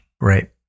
right